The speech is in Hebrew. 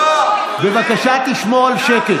בבקשה תשמור על שקט.